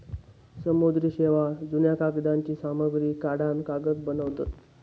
समुद्री शेवाळ, जुन्या कागदांची सामग्री काढान कागद बनवतत